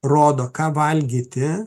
rodo ką valgyti